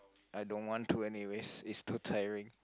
I don't want to anyways it's too tiring